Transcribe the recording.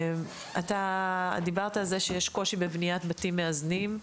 אתה דיברת על זה שיש קושי בבניית בתים מאזנים,